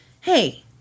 hey